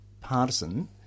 partisan